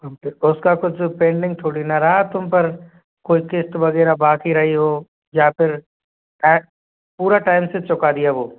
उसका कुछ पेंडिंग थोड़ी ना रहा तुम पर कोई किस्त वगैरह बाकि रही हो या फिर टाइ पूरा टाइम से चुका दिया वो